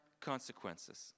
consequences